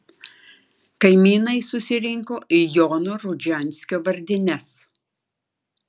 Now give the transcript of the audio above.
kaimynai susirinko į jono rudžianskio vardines